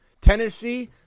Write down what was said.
Tennessee